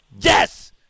Yes